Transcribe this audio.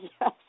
Yes